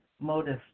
motive